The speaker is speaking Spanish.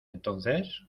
entonces